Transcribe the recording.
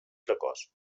precoç